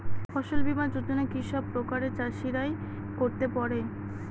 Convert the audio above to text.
ফসল বীমা যোজনা কি সব প্রকারের চাষীরাই করতে পরে?